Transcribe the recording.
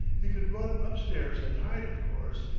he could run up-stairs and hide, of course,